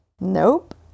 Nope